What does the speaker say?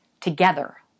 together